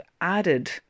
added